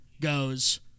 goes